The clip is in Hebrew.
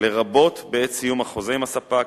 לרבות בעת סיום החוזה עם הספק,